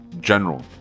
general